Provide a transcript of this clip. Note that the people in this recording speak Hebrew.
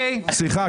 סליחה,